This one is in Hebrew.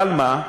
אבל מה?